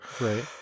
Right